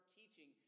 teaching